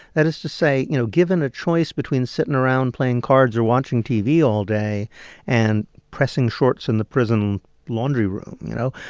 that is to say, you know, given a choice between sitting around playing cards or watching tv all day and pressing shorts in the prison laundry room you know?